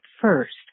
first